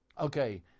Okay